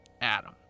adam